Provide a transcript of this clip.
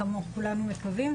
כולנו מקווים.